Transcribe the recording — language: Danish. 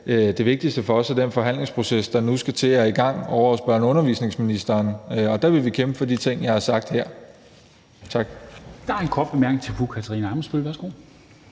det vigtigste for os er den forhandlingsproces, der nu skal til at i gang ovre hos børne- og undervisningsministeren, og der vil vi kæmpe for de ting, jeg har nævnt her. Tak.